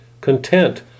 content